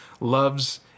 loves